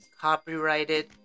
copyrighted